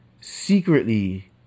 secretly